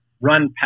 run